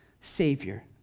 savior